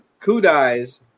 kudais